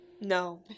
No